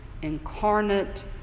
incarnate